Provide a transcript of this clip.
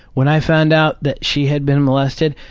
when i found out that she had been molested,